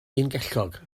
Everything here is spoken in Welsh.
ungellog